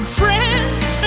friends